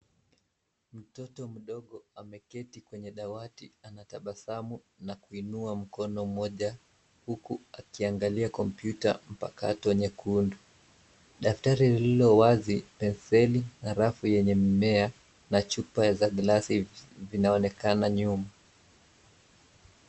Mtoto mdogo ameketi kwenye dawati anatabasamu na kuinua mkono mmoja huku akiangalia kompyuta mpakato nyekundu. Daftari lililo wazi, pensili na rafu yenye mmea na chupa ya glasi inaonekana nyuma.